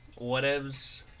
whatevs